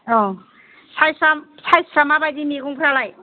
अ size फोरा माबायदि मैगंफोरालाय